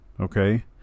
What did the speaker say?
okay